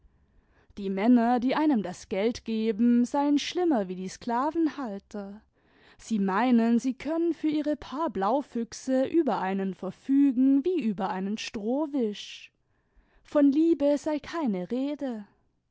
die männer die einem das geld geheo seien schlimmer wie die sklavenhalter sie meinen sie können für ihre paar blaufüchse über einen verfügen wie über einen strohwisch von liebe sei keine rede